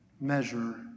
measure